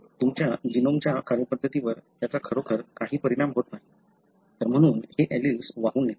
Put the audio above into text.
तुमच्या जीनोमच्या कार्यपद्धतीवर त्याचा खरोखर काही परिणाम होत नाही तर तुम्ही हे एलील्स वाहून नेतात